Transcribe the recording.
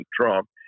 Trump